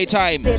time